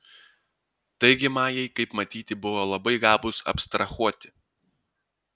taigi majai kaip matyti buvo labai gabūs abstrahuoti